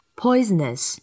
poisonous